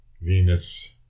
Venus